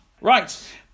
Right